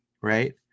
right